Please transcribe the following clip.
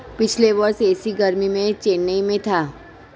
पिछले वर्ष ऐसी गर्मी में मैं चेन्नई में था